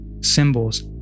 symbols